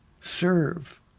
Serve